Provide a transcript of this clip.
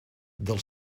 del